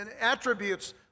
attributes